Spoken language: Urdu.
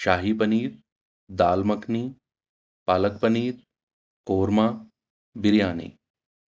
شاہی پنیر دال مکھنی پالک پنیر قورمہ بریانی